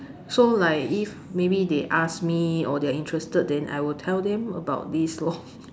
so like if maybe they ask me or they're interested then I will tell them about this lor